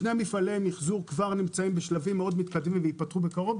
שני מפעלי מיחזור נמצאים בשלבים מתקדמים מאוד וייפתחו בקרוב.